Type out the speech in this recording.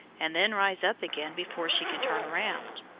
and then rise up again before she can turn round.